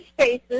spaces